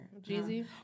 Jeezy